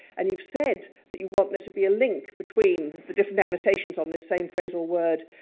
and you've said that you want there to be a link between the different annotations on this same phrase or word,